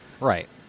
Right